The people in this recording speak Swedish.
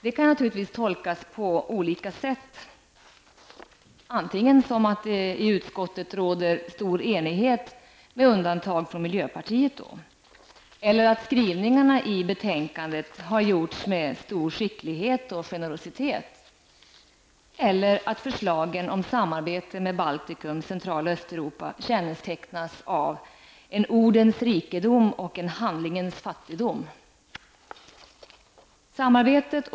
Detta kan tolkas på olika sätt: antingen så att det i utskottet råder stor enighet -- med undantag för miljöpartiet --, att skrivningarna i betänkandet har utformats med stor försiktighet och generositet eller att förslagen om samarbete med Baltikum, Central och Östeuropa kännetecknas av en ordens rikedom och en handlingens fattigdom.